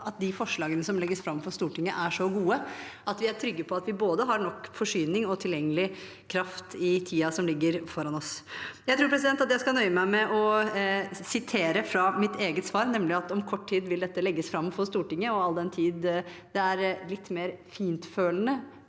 at de forslagene som legges fram for Stortinget, er så gode at vi er trygge på at vi både har nok forsyning og tilgjengelig kraft i tiden som ligger foran oss. Jeg tror at jeg skal nøye meg med å sitere fra mitt eget svar, nemlig at om kort tid vil dette legges fram for Stortinget. All den tid det er litt mer fintfølende